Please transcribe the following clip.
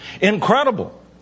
incredible